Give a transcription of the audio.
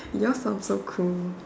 and yours sound so cruel